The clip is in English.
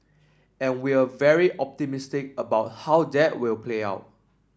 and we're very optimistic about how that will play out